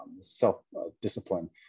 self-discipline